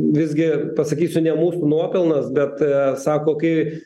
visgi pasakysiu ne mūsų nuopelnas bet sako kai